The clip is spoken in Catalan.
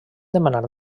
demanar